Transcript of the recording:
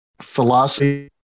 philosophy